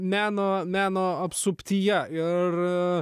meno meno apsuptyje ir